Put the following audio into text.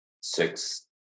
six